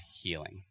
healing